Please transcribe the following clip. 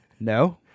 No